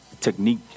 technique